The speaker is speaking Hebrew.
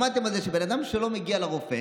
שמעתם שבן אדם שלא מגיע לרופא,